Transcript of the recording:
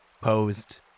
posed